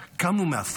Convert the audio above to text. קמנו מעפר,